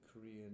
Korean